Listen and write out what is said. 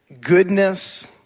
goodness